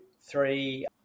three